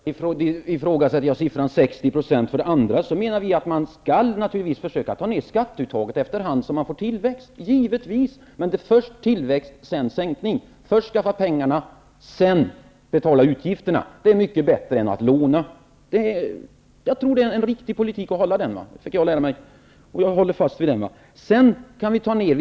Herr talman! För det första ifrågasätter jag siffran 60 %, och för det andra menar vi att man naturligtvis skall försöka sänka skatteuttaget efter hand som man får tillväxt. Givetvis! Först tillväxt emellertid, sedan sänkning, först skaffa pengarna, sedan betala utgifterna. Det är mycket bättre än att låna. Jag tror att detta är en riktig politik. Det har jag fått lära mig, och det håller jag fast vid.